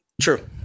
True